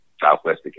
Southwest